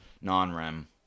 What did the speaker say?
non-REM